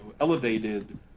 elevated